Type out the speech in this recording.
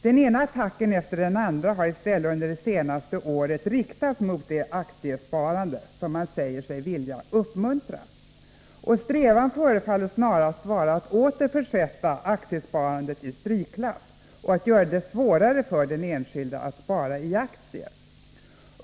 Den ena attacken efter den andra har i stället under det senaste året riktats mot det aktiesparande man säger sig vilja uppmuntra. Strävan förefaller snarast vara att åter försätta aktiesparandet i strykklass och att göra det svårare för den enskilde att spara i aktier.